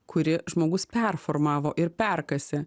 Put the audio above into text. kuri žmogus performavo ir perkasė